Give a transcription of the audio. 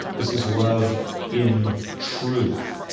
this is love in truth.